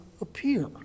appear